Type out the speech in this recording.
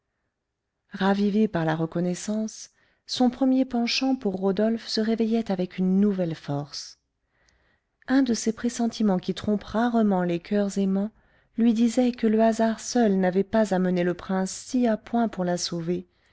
ravivé par la reconnaissance son premier penchant pour rodolphe se réveillait avec une nouvelle force un de ces pressentiments qui trompent rarement les coeurs aimants lui disait que le hasard seul n'avait pas amené le prince si à point pour la sauver